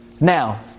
Now